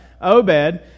Obed